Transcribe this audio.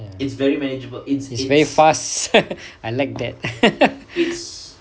ya it's is very fast I like that